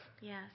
Yes